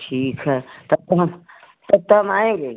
ठीक है तब तो हम तब तो हम आएँगे